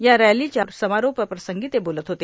या रॅलोच्या समारोप प्रसंगी ते बोलत होते